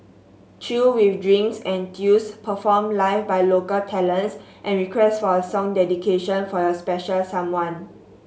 chill with drinks and tunes performed live by local talents and request for a song dedication for your special someone